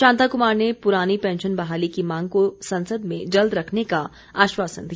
शांता कुमार ने पुरानी पैंशन बहाली की मांग को संसद में जल्द रखने का आश्वासन दिया